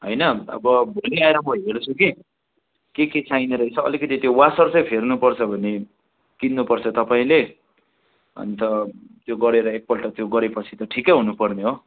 होइन अब भोलि आएर म हेर्छु कि के के चाहिने रहेछ अलिकति त्यो वासर चाहिँ फेर्नु पर्छ भने किन्न पर्छ तपाईँले अन्त त्यो गरेर एक पल्ट त्यो गरे पछि त ठिकै हुनु पर्ने हो